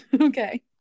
okay